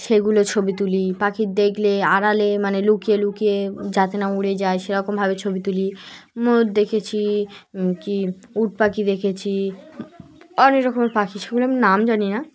সেগুলো ছবি তুলি পাখির দেখলে আড়ালে মানে লুকিয়ে লুকিয়ে যাতে না উড়ে যায় সেরকমভাবে ছবি তুলি ময়ূর দেখেছি কি উট পাখি দেখেছি অনেক রকমের পাখি সেগুলো আমি নাম জানি না